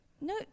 no